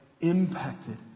impacted